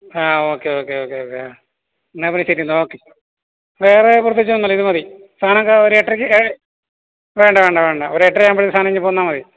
ആ okay okay okay okay ആ എന്നാൽ പിന്നെ ശരി എന്നാൽ ഓക്കെ വേറെ പ്രത്യേകിച്ച് ഒന്നുമില്ല ഇത് മതി സാധനമൊക്കെ ഒരു എട്ടരയ്ക്ക് കഴി വേണ്ട വേണ്ട വേണ്ട ഒരു എട്ടരയാകുമ്പോൾ സാധനം ഇങ്ങ് പോന്നാൽ മതി